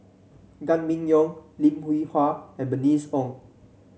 Gan Kim Yong Lim Hwee Hua and Bernice Ong